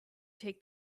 take